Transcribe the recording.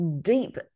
deep